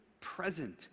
present